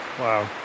Wow